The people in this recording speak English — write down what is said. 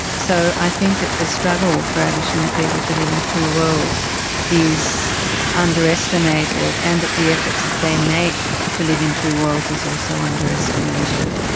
so i think that the struggle for aboriginal people to live in two worlds is underestimated and that the efforts that they make to live in two worlds is also underestimated.